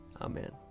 Amen